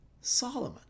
Solomon